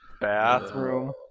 bathroom